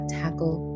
tackle